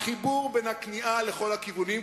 החיבור בין הכניעה לכל הכיוונים,